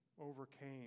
overcame